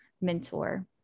mentor